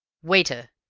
waiter!